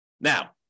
Now